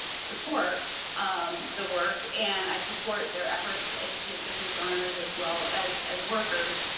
support um the work, and i support their efforts to educate business owners as well as as workers.